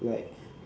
right